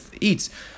eats